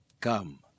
Come